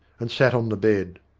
and sat on the bed.